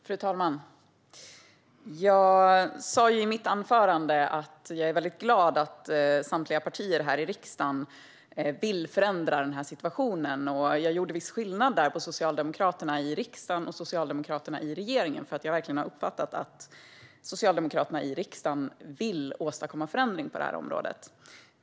Fru talman! Jag sa i mitt anförande att jag är mycket glad att samtliga partier här i riksdagen vill förändra den här situationen. Jag gjorde där viss skillnad på socialdemokraterna i riksdagen och socialdemokraterna i regeringen, för jag har verkligen uppfattat att socialdemokraterna i riksdagen verkligen vill åstadkomma en förändring på det här området.